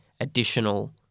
additional